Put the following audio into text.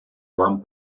вам